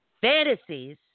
fantasies